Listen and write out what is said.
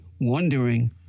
wondering